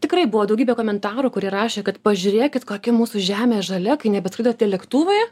tikrai buvo daugybė komentarų kurie rašė kad pažiūrėkit kokia mūsų žemė žalia kai nebetrukdo tie lėktuvai